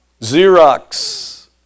Xerox